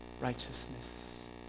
righteousness